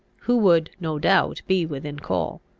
who would, no doubt, be within call.